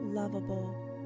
lovable